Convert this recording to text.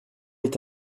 est